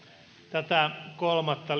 tätä kolmatta